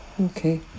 Okay